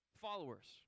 followers